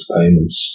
Payments